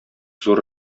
зур